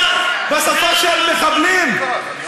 בשפה של מחבלים?